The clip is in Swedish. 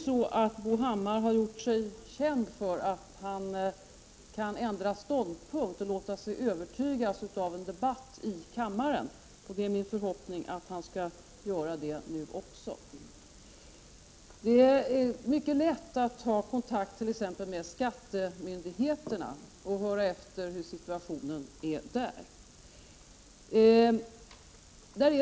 Bo Hammar har ju gjort sig känd för att han kan ändra ståndpunkt och låta sig övertygas av en debatt i kammaren, och det är min förhoppning att han skall göra det nu också. Det är mycket lätt att ta kontakt t.ex. med skattemyndigheterna och höra efter hur situationen är där.